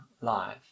life